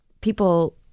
people